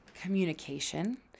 communication